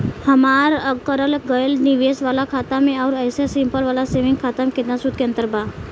हमार करल गएल निवेश वाला खाता मे आउर ऐसे सिंपल वाला सेविंग खाता मे केतना सूद के अंतर बा?